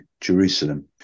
Jerusalem